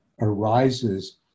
arises